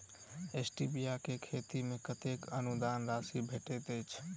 Stevia केँ खेती मे कतेक अनुदान राशि भेटैत अछि?